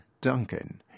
Duncan